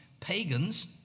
pagans